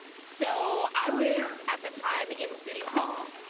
so i was at the time in city hall.